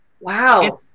Wow